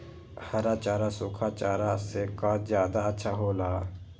हरा चारा सूखा चारा से का ज्यादा अच्छा हो ला?